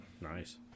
Nice